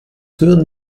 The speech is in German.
würden